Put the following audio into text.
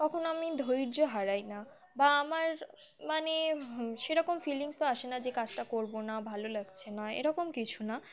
তখন আমি ধৈর্য হারাই না বা আমার মানে সেরকম ফিলিংসও আসে না যে কাজটা করবো না ভালো লাগছে না এরকম কিছু না